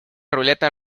ruleta